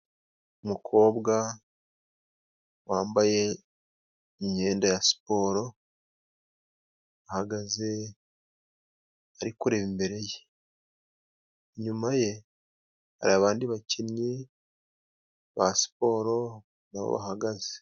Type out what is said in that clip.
Umukobwa wambaye imyenda ya siporo, ahagaze ariko kureba imbere ye inyuma ye. Inyuma ye, hari abandi bakinnyi ba siporo bahagaze.